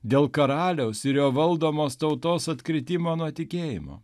dėl karaliaus ir jo valdomos tautos atkritimo nuo tikėjimo